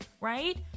right